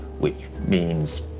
which means,